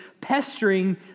pestering